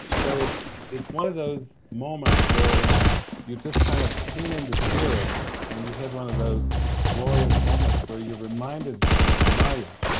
so it is one of those moments where you just kind of tune into spirit and you have one of those glorious moments, where you're reminded of the maya